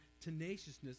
tenaciousness